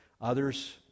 Others